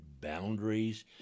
boundaries